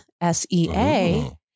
S-E-A